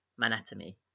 Manatomy